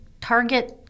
Target